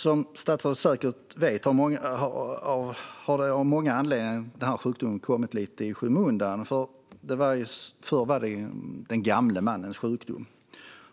Som statsrådet säkert vet har denna sjukdom av många anledningar kommit lite i skymundan. Förr var det den gamle mannens sjukdom.